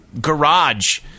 garage